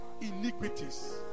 iniquities